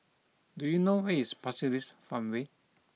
do you know where is Pasir Ris Farmway